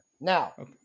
Now